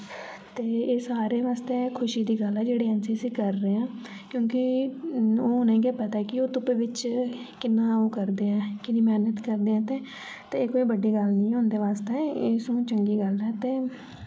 ते एह् सारे वास्तै खुशी दी गल्ल ऐ जेह्ड़े एन सी सी कर रहे ऐ क्युंकी ओह् उनेंई गे पता कि ओह् तुपै बिच्च किन्ना ओह् करदे ऐ किन्नी मेह्नत करदे ऐ ते एह् कोई बड्डी गल्ल नेईं ऐ उंदे वास्तै एह् सोओ चंगी गल्ल ऐ ते